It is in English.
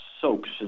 soaps